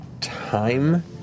time